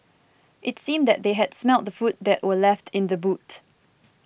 it seemed that they had smelt the food that were left in the boot